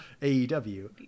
AEW